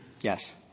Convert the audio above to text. Yes